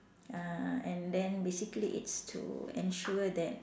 uh and then basically it's to ensure that